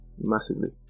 massively